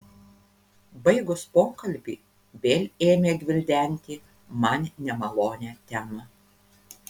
baigus pokalbį vėl ėmė gvildenti man nemalonią temą